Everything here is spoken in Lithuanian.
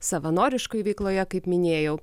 savanoriškoj veikloje kaip minėjau